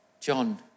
John